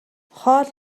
хоол